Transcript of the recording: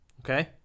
okay